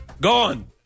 Gone